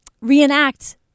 Reenact